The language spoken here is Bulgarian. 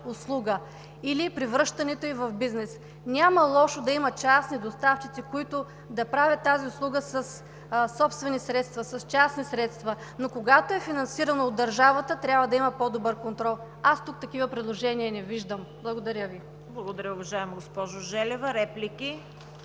услуга, или превръщането ѝ в бизнес. Няма лошо да има частни доставчици, които да правят тази услуга със собствени средства, с частни средства, но когато е финансирано от държавата, трябва да има по-добър контрол. Аз тук такива предложения не виждам. Благодаря Ви. ПРЕДСЕДАТЕЛ ЦВЕТА КАРАЯНЧЕВА: Благодаря, уважаема госпожо Желева. Реплики?